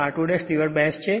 પરંતુ S 1 છે